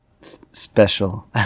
Special